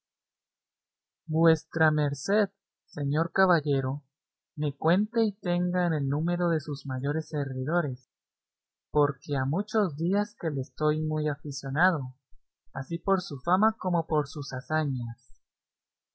vuestra merced señor caballero me cuente y tenga en el número de sus mayores servidores porque ha muchos días que le soy muy aficionado así por su fama como por sus hazañas